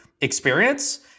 experience